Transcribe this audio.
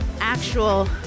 actual